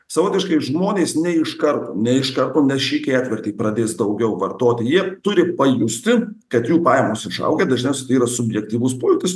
savotiškai žmonės ne iškart ne iš karto ne šį ketvirtį pradės daugiau vartoti jie turi pajusti kad jų pajamos užaugę dažniausiai tai yra subjektyvus pojūtis